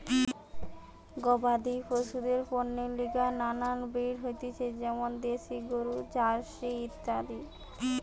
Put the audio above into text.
গবাদি পশুদের পণ্যের লিগে নানান ব্রিড হতিছে যেমন দ্যাশি গরু, জার্সি ইত্যাদি